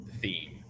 theme